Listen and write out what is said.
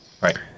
Right